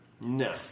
No